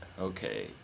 Okay